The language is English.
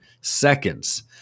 seconds